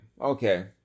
Okay